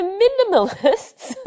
minimalists